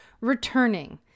returning